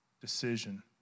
decision